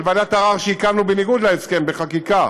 על ועדת ערר שהקמנו בניגוד להסכם בחקיקה,